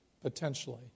potentially